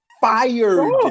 fired